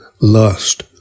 lust